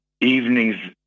evenings